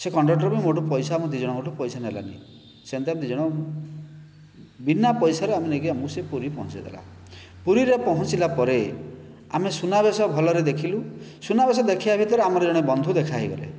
ସେ କଣ୍ଡକ୍ଟରକୁ ମୋଠୁ ପଇସା ଆମ ଦୁଇଜଣଙ୍କ ଠୁ ପଇସା ନେଲାନି ସେମିତି ଆମେ ଦୁଇଜଣ ବିନା ପଇସାରେ ଆମକୁ ନେଇ ସେ ପୁରୀ ପହଞ୍ଚାଇ ଦେଲା ପୁରୀରେ ପହଞ୍ଚିଲା ପରେ ଆମେ ସୁନାବେଶ ଭଲରେ ଦେଖିଲୁ ସୁନାବେଶ ଦେଖିଆ ଭିତରେ ଆମର ଜଣେ ବନ୍ଧୁ ଦେଖା ହୋଇଗଲେ